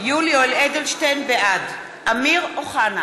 אדלשטיין, בעד אמיר אוחנה,